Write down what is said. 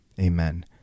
Amen